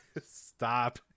Stop